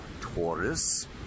Taurus